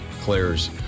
Claire's